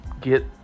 get